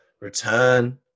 return